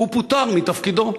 הוא פוטר מתפקידו.